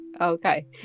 Okay